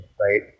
right